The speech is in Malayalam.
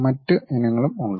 മറ്റ് ഇനങ്ങളും ഉണ്ട്